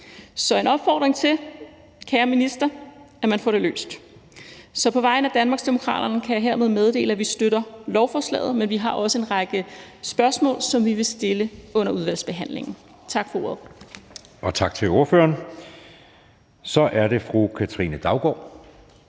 en opfordring, kære minister, til, at man får det løst. Så på vegne af Danmarksdemokraterne kan jeg hermed meddele, at vi støtter lovforslaget, men vi har også en række spørgsmål, som vi vil stille under udvalgsbehandlingen. Tak for ordet. Kl. 15:37 Anden næstformand (Jeppe Søe): Tak til ordføreren. Så er det fru Katrine Daugaard